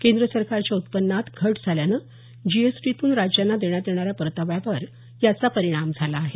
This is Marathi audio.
केंद्र सरकारच्या उत्पन्नात घट झाल्यानं जीएसटीतून राज्यांना देण्यात येणाऱ्या परताव्यावर याचा परिणाम झाला आहे